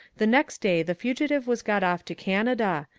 the next day the fugitive was got off to canada,